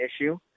issue